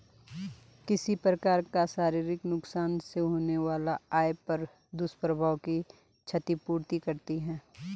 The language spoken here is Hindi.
किसी प्रकार का शारीरिक नुकसान से होने वाला आय पर दुष्प्रभाव की क्षति पूर्ति करती है